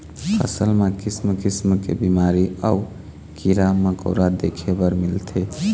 फसल म किसम किसम के बिमारी अउ कीरा मकोरा देखे बर मिलथे